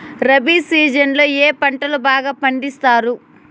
rabi season లో ఏ పంటలు బాగా పండిస్తారు